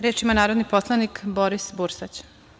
Reč ima narodni poslanik Boris Bursać.